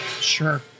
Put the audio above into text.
sure